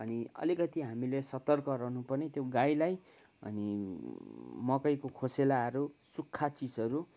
अनि अलिकति हामीले सतर्क रहनु पनि त्यो गाईलाई अनि मकैको खोसेलाहरू सुक्खा चिसहरू